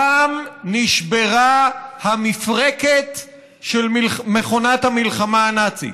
שם נשברה המפרקת של מכונת המלחמה הנאצית.